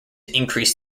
increase